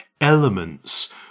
elements